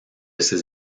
ses